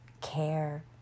care